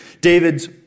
David's